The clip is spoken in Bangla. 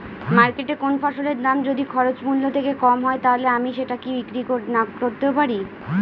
মার্কেটৈ কোন ফসলের দাম যদি খরচ মূল্য থেকে কম হয় তাহলে আমি সেটা কি বিক্রি নাকরতেও পারি?